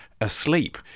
asleep